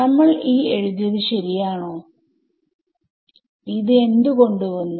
നമ്മൾ ഈ എഴുതിയത് ശരിയാണോ എന്ത് കൊണ്ട് വന്നു